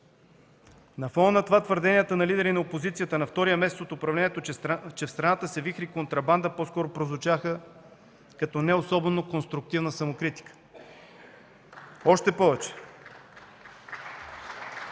На този фон твърденията на лидери на опозицията на втория месец от управлението, че в страната се вихри контрабанда, по-скоро прозвучаха като не особено конструктивна самокритика.